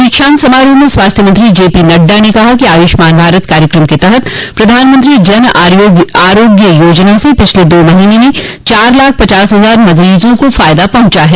दीक्षांत समारोह में स्वास्थ्य मंत्री जेपी नड्डा ने कहा कि आयुष्मान भारत कार्यक्रम के तहत प्रधानमंत्री जन आरोग्य योजना से पिछले दो महीनों में चार लाख पचास हजार मरीजों को फायदा पहुंचा है